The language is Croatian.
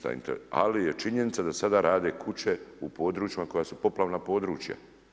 Ali je činjenica da sada rade kuće u područjima koja su poplavna područja.